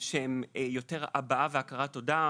שהן יותר הבעה והוקרת תודה,